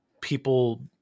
people